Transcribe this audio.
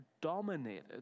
dominated